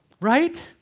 Right